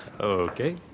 Okay